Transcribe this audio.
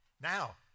Now